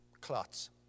Clots